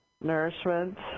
nourishment